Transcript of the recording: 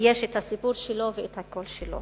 יש הסיפור שלו והקול שלו.